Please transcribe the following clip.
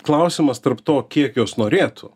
klausimas tarp to kiek jos norėtų